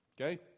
Okay